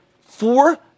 four